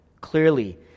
Clearly